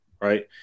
right